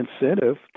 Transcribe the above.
incentive